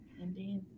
indeed